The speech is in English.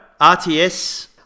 RTS